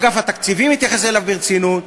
אגף התקציבים יתייחס אליו ברצינות,